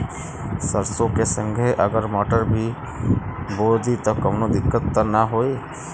सरसो के संगे अगर मटर भी बो दी त कवनो दिक्कत त ना होय?